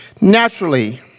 Naturally